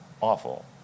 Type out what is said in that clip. awful